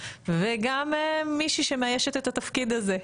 וגם מישהי שמאיישת את התפקיד הזה.